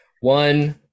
One